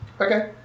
Okay